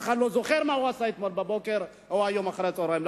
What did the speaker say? אף אחד לא זוכר מה הוא עשה אתמול בבוקר או היום אחר הצהריים.